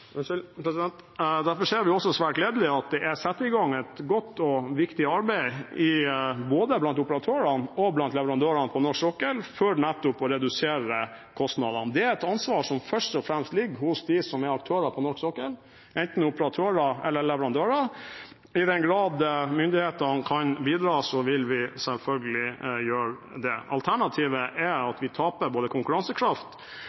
at det er satt i gang et godt og viktig arbeid både blant operatørene og blant leverandørene på norsk sokkel for nettopp å redusere kostnadene. Det er et ansvar som først og fremst ligger hos dem som er aktører på norsk sokkel, enten operatører eller leverandører. I den grad myndighetene kan bidra, vil vi selvfølgelig gjøre det. Alternativet er